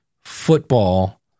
football